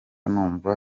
numva